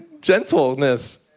gentleness